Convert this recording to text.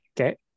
Okay